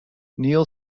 neil